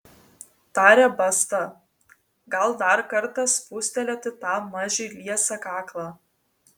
tarė basta gal dar kartą spustelėti tam mažiui liesą kaklą